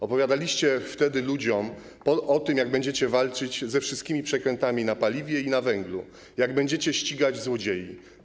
Opowiadaliście wtedy ludziom o tym, jak będziecie walczyć ze wszystkimi przekrętami na paliwie i na węglu, jak będziecie ścigać złodziei.